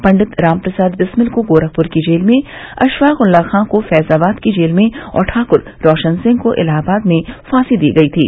पंडित राम प्रसाद बिस्मिल को गोरखप्र की जेल में अशफाक्ल्लाह खाँ को फैजाबाद की जिला जेल में और ठाक्र रोशन सिंह को इलाहाबाद में फांसी दी गयी थी